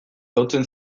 lotzen